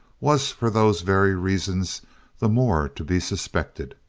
was for those very reasons the more to be suspected.